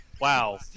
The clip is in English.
Wow